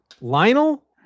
Lionel